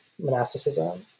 monasticism